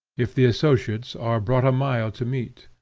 if the associates are brought a mile to meet.